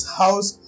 house